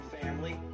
family